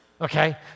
Okay